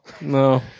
No